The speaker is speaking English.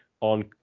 on